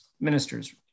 ministers